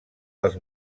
als